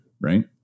right